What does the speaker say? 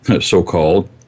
so-called